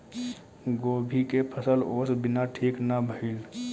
गोभी के फसल ओस बिना ठीक ना भइल